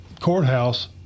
courthouse